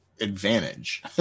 advantage